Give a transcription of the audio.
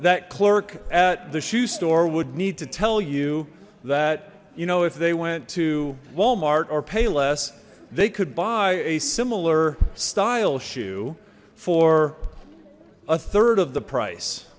that clerk at the shoe store would need to tell you that you know if they went to walmart or payless they could buy a similar style shoe for a third of the price